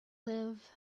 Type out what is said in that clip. live